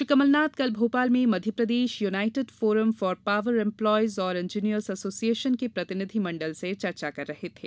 श्री कमलनाथ कल भोपाल में Madhya Pradesh united forum for power employees और इंजीनियर्स एसोसिएशन के प्रतिनिधि मंडल से चर्चा कर रहे थे